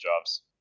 jobs